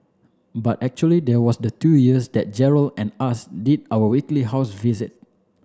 but actually there was the two years that Gerald and us did our weekly house visit